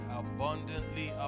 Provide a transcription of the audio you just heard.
abundantly